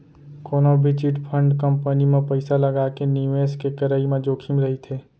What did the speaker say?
कोनो भी chit fund company म पइसा लगाके निवेस के करई म जोखिम रहिथे